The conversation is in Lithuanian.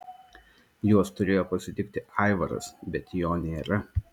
juos turėjo pasitikti aivaras bet jo nėra